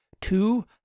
Two